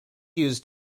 used